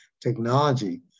technology